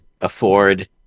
afford